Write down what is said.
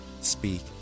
speak